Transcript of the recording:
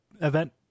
event